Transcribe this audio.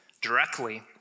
directly